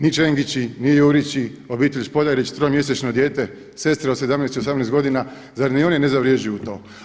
Ni Čengići, ni Jurići, obitelj Špoljarić tromjesečno dijete, sestre od 17 i 18 godina, zar ni oni ne zavrjeđuju to?